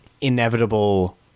inevitable